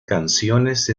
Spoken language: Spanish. canciones